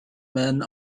men